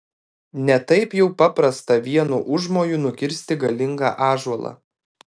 ne taip jau paprasta vienu užmoju nukirsti galingą ąžuolą